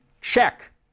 check